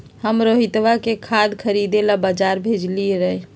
हम रोहितवा के खाद खरीदे ला बजार भेजलीअई र